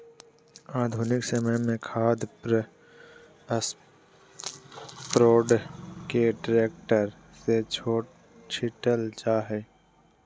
आधुनिक समय में खाद स्प्रेडर के ट्रैक्टर से छिटल जा हई